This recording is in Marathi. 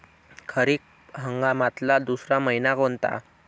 खरीप हंगामातला दुसरा मइना कोनता?